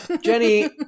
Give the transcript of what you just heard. Jenny